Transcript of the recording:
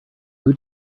who